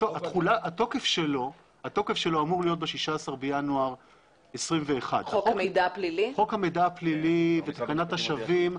התוקף שלו אמור להיות ב-16 בינואר 21' חוק המידע הפלילי ותקנת השבים,